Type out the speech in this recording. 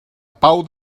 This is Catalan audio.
pau